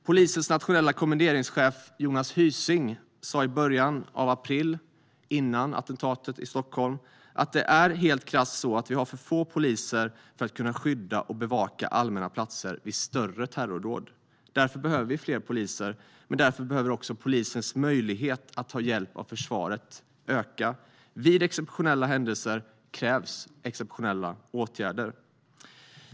Polisens nationella kommenderingschef, Jonas Hysing, sa i början av april, före attentatet i Stockholm, att det helt krasst är så att man har för få poliser för att kunna skydda och bevaka allmänna platser vid större terrordåd. Därför behöver vi fler poliser, och därför behöver också polisens möjlighet att ta hjälp av försvaret öka. Vid exceptionella händelser krävs exceptionella åtgärder.